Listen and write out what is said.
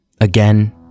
again